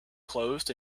closed